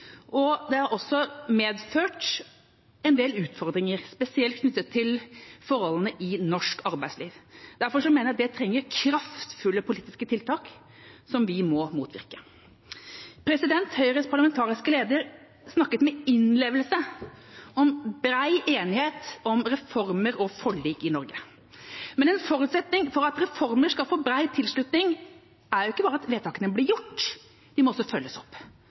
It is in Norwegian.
diskutert. Den har også medført en del utfordringer, spesielt knyttet til forholdene i norsk arbeidsliv, som det krever kraftfulle politiske tiltak for å motvirke. Høyres parlamentariske leder snakket med innlevelse om bred enighet om reformer og forlik i Norge. Men en forutsetning for at reformer skal få bred tilslutning, er ikke bare at vedtakene blir gjort, de må også følges opp.